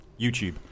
YouTube